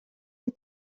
les